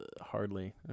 hardly